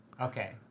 Okay